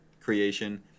creation